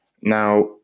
Now